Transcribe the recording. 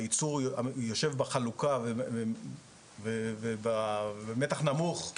הייצור יושב בחלוקה ובמתח נמוך,